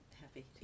happy